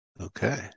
Okay